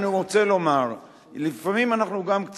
אני רוצה לומר,